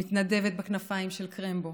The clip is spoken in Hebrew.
מתנדבת בכנפיים של קרמבו,